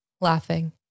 laughing